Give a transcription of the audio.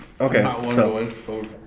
Okay